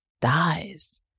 dies